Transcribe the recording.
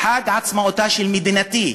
בחג עצמאותה של מדינתי,